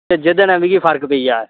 जेह्दे ने मिगी फर्क पेई जा